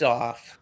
off